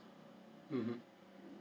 mmhmm